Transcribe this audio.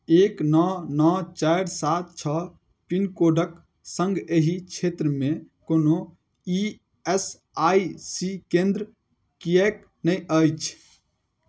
एक नओ नओ चारि सात छओ पिनकोडके सङ्ग एहि क्षेत्रमे कोनो ई एस आइ सी केन्द्र किएक नहि अछि